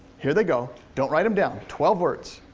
here they go. don't write em down. twelve words.